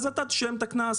אז אתה תשלם את הקנס.